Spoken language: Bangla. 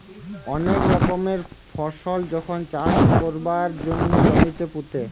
অনেক রকমের ফসল যখন চাষ কোরবার জন্যে জমিতে পুঁতে